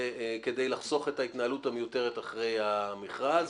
זה כדי לחסוך את ההתנהלות המיותרת אחרי המכרז,